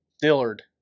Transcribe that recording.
Dillard